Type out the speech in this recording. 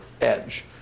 edge